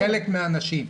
לחלק מהאנשים.